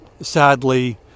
sadly